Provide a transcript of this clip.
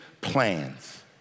plans